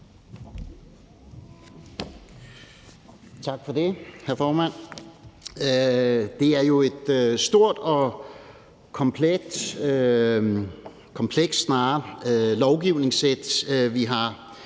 Tak for det, hr. formand. Det er jo et stort og komplekst lovgivningssæt, vi har